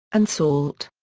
and salt.